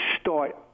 start